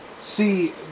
see